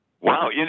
Wow